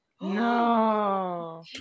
No